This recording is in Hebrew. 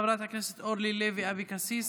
חברת הכנסת אורלי לוי אבקסיס,